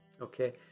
Okay